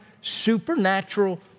supernatural